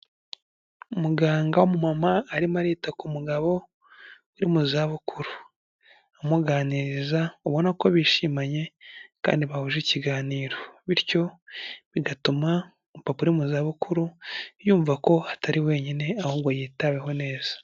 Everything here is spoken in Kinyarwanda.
Umuganga w'umu mama arimo arita ku mugabo uri mu za bukuru amuganiriza ubona ko bishimanye kandi bahuje ikiganiro, bityo bigatuma umu papa uri mu za bukuru yumva ko atari wenyine ahubwo yitaweho neza.